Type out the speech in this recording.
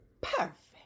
Perfect